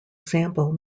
sample